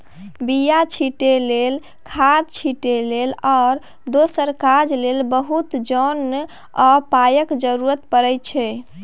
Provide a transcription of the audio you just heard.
बीया छीटै लेल, खाद छिटै लेल आ दोसर काज लेल बहुत जोन आ पाइक जरुरत परै छै